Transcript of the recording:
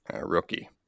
rookie